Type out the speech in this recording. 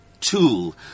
tool